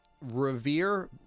revere